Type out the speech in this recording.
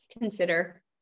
consider